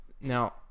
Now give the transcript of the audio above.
Now